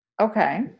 Okay